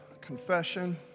confession